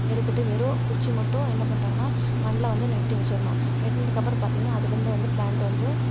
எடுத்துட்டு வெறும் குச்சி மட்டும் என்ன பண்ணுறாங்கனா மண்ல வந்து நட்டுவச்சிர்ணும் நட்னத்துக்கப்பறம் பார்த்திங்கனா அதுலேருந்து வந்து ப்ளாண்ட்டு வந்து